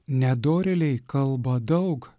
nedorėliai kalba daug